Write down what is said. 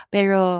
Pero